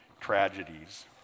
tragedies